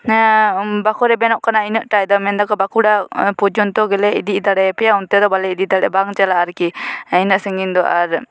ᱵᱟᱠᱚ ᱨᱮᱵᱮᱱᱚᱜ ᱠᱟᱱᱟ ᱤᱱᱟᱜ ᱤᱱᱟᱜᱴᱟᱱ ᱫᱚ ᱢᱮᱱᱮᱫᱟ ᱠᱚ ᱵᱟᱸᱠᱩᱲᱟ ᱯᱚᱡᱚᱱᱛᱚ ᱜᱮᱞᱮ ᱤᱫᱤ ᱫᱟᱲᱮᱭᱟᱯᱮᱭᱟ ᱚᱱᱛᱮ ᱫᱚ ᱵᱟᱞᱮ ᱤᱫᱤ ᱫᱟᱲᱮ ᱵᱟᱝ ᱪᱟᱞᱟᱜᱼᱟ ᱟᱨᱠᱤ ᱤᱱᱟᱹᱜ ᱥᱟᱺᱜᱤᱧ ᱫᱚ ᱟᱨ